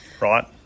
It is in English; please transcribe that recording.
right